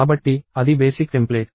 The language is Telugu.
కాబట్టి అది ప్రాథమిక టెంప్లేట్